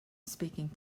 speaking